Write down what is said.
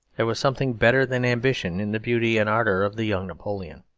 there was something better than ambition in the beauty and ardour of the young napoleon.